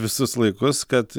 visus laikus kad